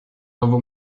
love